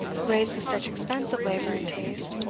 raised with such expense of labour and taste,